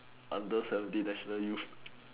under seventeen national youth